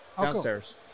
downstairs